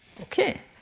Okay